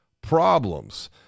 problems